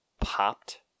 popped